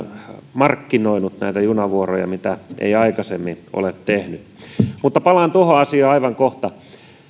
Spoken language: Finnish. markkinoinut näitä junavuoroja mitä se ei aikaisemmin ole tehnyt mutta palaan tuohon asiaan aivan kohta